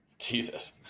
Jesus